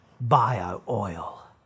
bio-oil